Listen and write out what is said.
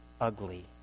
ugly